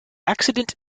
accident